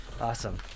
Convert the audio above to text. Awesome